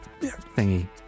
thingy